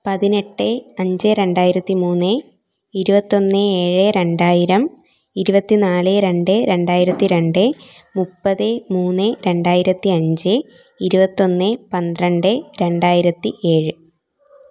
പതിനെട്ട് അഞ്ച് രണ്ടായിരത്തി മൂന്ന് ഇരുപത്തിയൊന്ന് ഏഴ് രണ്ടായിരം ഇരുപത്തിനാല് രണ്ട് രണ്ടായിരത്തി രണ്ട് മുപ്പത് മൂന്ന് രണ്ടായിരത്തി അഞ്ച് ഇരുപത്തിയൊന്ന് പന്ത്രണ്ട് രണ്ടായിരത്തി ഏഴ്